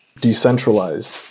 Decentralized